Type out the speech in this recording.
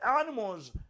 animals